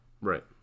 Right